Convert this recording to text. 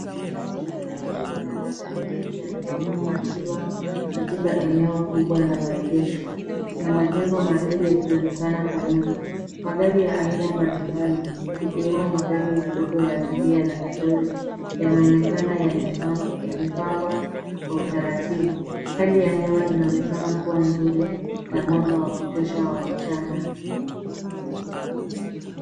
Onyesho la nje lina magari mengi yaliyopakiwa katika eneo kubwa la maegesho na majengo marefu yakionekana kwa nyuma. Magari ya aina mbalimbali ikiwemo magari madogo ya abiria na malori yanaonekana yamepangwa kwa utaratibu. Hali ya hewa inaonekana kuwa nzuri na mwanga wa kutosha wa mchana.